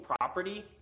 property